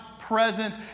presence